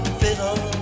fiddle